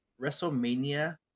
WrestleMania